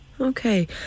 Okay